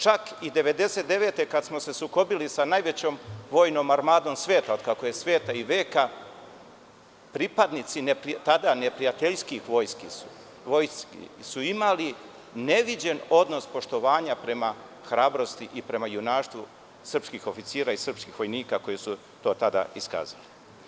Čak i 1999. godine, kada smo se sukobili sa najvećom vojnom armadom sveta od kako je sveta i veka, pripadnici tada neprijateljskih vojski su imali neviđen odnos poštovanja prema hrabrosti i prema junaštvu srpskih oficira i srpskih vojnika koji su to tada iskazali.